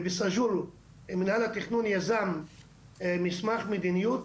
ובסאג'ור מינהל התכנון יזם מסמך מדיניות